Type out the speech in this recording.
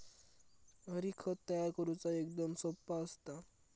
हरी, खत तयार करुचा एकदम सोप्पा असता